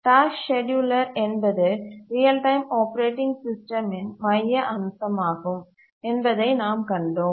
task scheduler என்பது real time operating சிஸ்டமின் மைய அம்சமாகும் என்பதை நாம் கண்டோம்